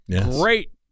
great